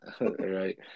right